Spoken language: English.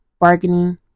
bargaining